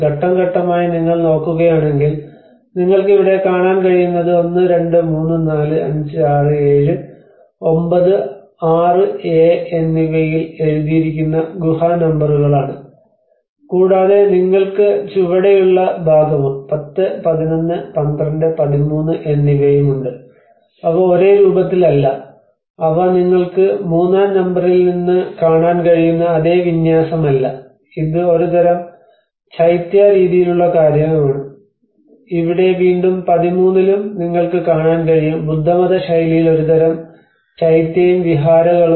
ഘട്ടം ഘട്ടമായി നിങ്ങൾ നോക്കുകയാണെങ്കിൽ നിങ്ങൾക്ക് ഇവിടെ കാണാൻ കഴിയുന്നത് 1 2 3 4 5 6 7 9 6 എ എന്നിവയിൽ എഴുതിയിരിക്കുന്ന ഗുഹ നമ്പറുകളാണ് കൂടാതെ നിങ്ങൾക്ക് ചുവടെയുള്ള ഭാഗവും 10 11 12 13 എന്നിവയും ഉണ്ട് അവ ഒരേ രൂപത്തിലല്ല അവ നിങ്ങൾക്ക് 3 ആം നമ്പറിൽ നിന്ന് കാണാൻ കഴിയുന്ന അതേ വിന്യാസമല്ല ഇത് ഒരുതരം ചൈത്യ രീതിയിലുള്ള കാര്യമാണ് ഇവിടെ വീണ്ടും 13 ലും നിങ്ങൾക്ക് കാണാൻ കഴിയും ബുദ്ധമത ശൈലിയിൽ ഒരുതരം ചൈത്യയും വിഹാരകളും